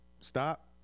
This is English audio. stop